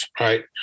right